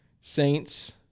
Saints